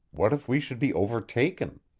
what if we should be overtaken?